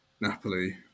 Napoli